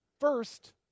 First